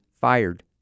fired